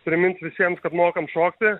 primins visiems kad mokam šokti